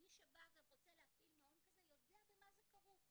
מי שבא ורוצה להפעיל מעון כזה יודע במה זה כרוך,